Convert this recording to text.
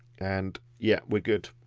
and yeah, we're good.